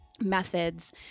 methods